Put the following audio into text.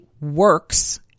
works